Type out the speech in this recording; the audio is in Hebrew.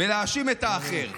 ולהאשים את האחר.